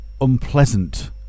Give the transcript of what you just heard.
unpleasant